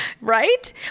Right